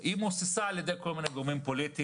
היא מוססה על ידי כל מיני גורמים פוליטיים.